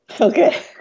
Okay